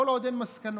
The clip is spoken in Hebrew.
כל עוד אין מסקנות.